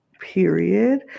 period